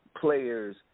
players